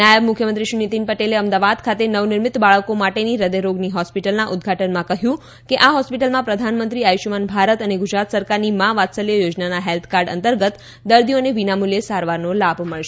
નાયબ મુખ્યમંત્રી શ્રી નિતીન પટેલે અમદાવાદ ખાતે નવનિર્મિત બાળકો માટેની હૃદયરોગની હોસ્પિટલના ઉદ્દઘાટનમાં કહ્યું હતું કે આ હોસ્પિટલમાં પ્રધાનમંત્રી આયુષમાન ભારત અને ગુજરાત સરકારની મા વાત્સલ્ય યોજનાના હેલ્થ કાર્ડ અંતર્ગત દર્દીઓને વિનામૂલ્યે સારવારનો લાભ મળશે